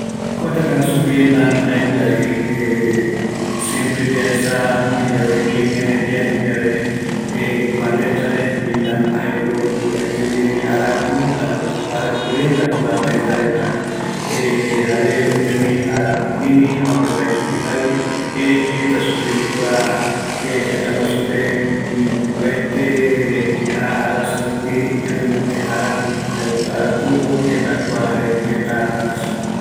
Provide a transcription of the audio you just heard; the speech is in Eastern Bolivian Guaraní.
Kua tëtä guaju vienam jeeva jaenunga vi, siempre yaesa oime yave kia imiari, yaendu yave kua tëtäre jaeko vietnam jaeko oajaetevi araku, arakurenda kua tëtä reta jare oimevi ara ötïni, amope mbaetï vi jaïvi, erei jeireta supe de que kua tëtä guajupe, opaete arasa rupi mayormrnte araku, arakuvo jenda jae kua tëtä guaju.